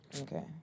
Okay